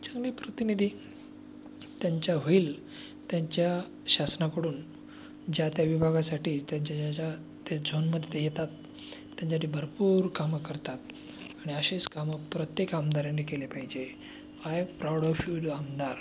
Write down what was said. छान आहे प्रतिनिधी त्यांच्या होईल त्यांच्या शासनाकडून ज्या त्या विभागासाठी त्यांच्या या ज्या त्या झोनमध्ये ते येतात त्यांच्यासाठी भरपूर कामं करतात आणि अशीच कामं प्रत्येक आमदाराने केले पाहिजे I am proud of you the आमदार